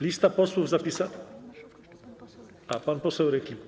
Lista posłów zapisanych... A, pan poseł Rychlik.